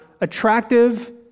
attractive